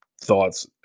thoughts